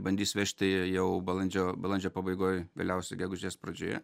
bandys vežti jau balandžio balandžio pabaigoj vėliausiai gegužės pradžioje